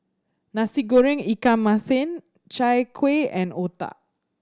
Nasi Goreng ikan masin Chai Kueh and otah